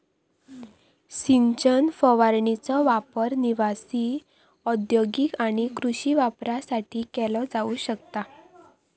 सिंचन फवारणीचो वापर निवासी, औद्योगिक आणि कृषी वापरासाठी केलो जाऊ शकता